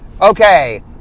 Okay